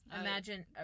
imagine